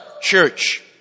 church